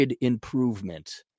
improvement